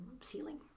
ceiling